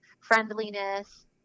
friendliness